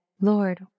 lord